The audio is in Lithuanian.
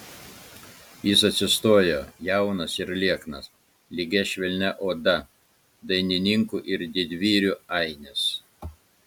jis atsistojo jaunas ir lieknas lygia švelnia oda dainininkų ir didvyrių ainis